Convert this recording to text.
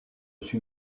suis